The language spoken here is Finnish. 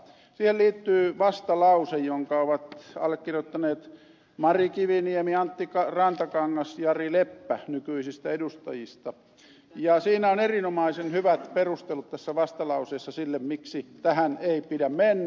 siihen liittyi vastalause jonka ovat allekirjoittaneet mari kiviniemi antti rantakangas jari leppä nykyisistä edustajista ja tässä vastalauseessa on erinomaisen hyvät perustelut sille miksi tähän ei pidä mennä